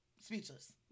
speechless